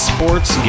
Sports